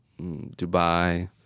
Dubai